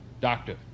Doctor